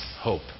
hope